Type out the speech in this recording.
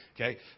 Okay